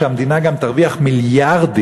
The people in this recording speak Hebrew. שהמדינה גם תרוויח מיליארדים,